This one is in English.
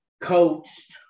coached